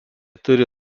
turi